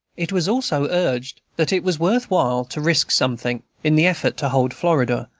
it was also urged, that it was worth while to risk something, in the effort to hold florida,